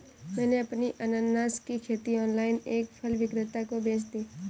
मैंने अपनी अनन्नास की खेती ऑनलाइन एक फल विक्रेता को बेच दी